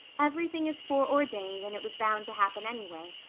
everything is foreordained and it was bound to happen anyway.